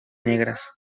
negras